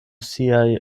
siaj